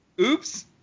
Oops